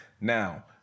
now